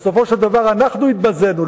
בסופו של דבר אנחנו התבזינו.